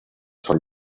són